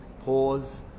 Pause